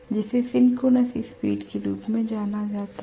जिसे synchronous speed के रूप में जाना जाता है